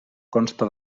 consta